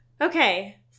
Okay